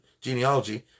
genealogy